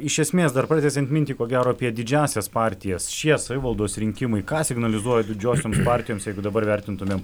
iš esmės dar pratęsiant mintį ko gero apie didžiąsias partijas šie savivaldos rinkimai ką signalizuoja didžiosioms partijoms jeigu dabar vertintumėm